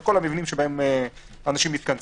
על כל המבנים שבהם אנשים מתכנסים.